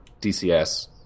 DCS